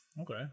okay